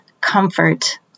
comfort